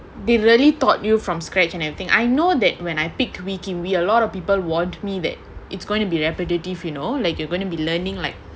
they really thought you from scratch and everything I know that when I picked tweaking we a lot of people warned me that it's going to be repetitive you know like you're gonna be learning like